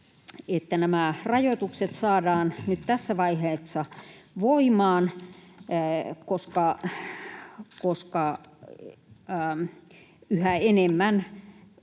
että nämä rajoitukset saadaan nyt tässä vaiheessa voimaan, koska yhä enemmän